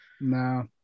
No